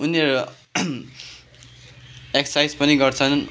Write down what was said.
उनीहरू एक्ससाइज पनि गर्छन्